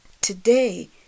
Today